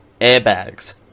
airbags